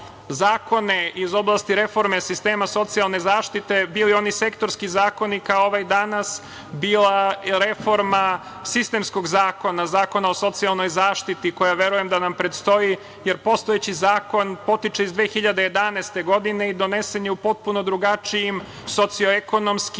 zakone iz oblasti reforme sistema socijalne zaštite, bili oni sektorski zakoni, kao ovaj danas, bilo da je reforma sistemskog zakona, Zakona o socijalnoj zaštiti, koja verujem da nam predstoji jer postojeći zakon potiče iz 2011. godine i donesen je u potpuno drugačijim socio-ekonomskim